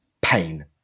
pain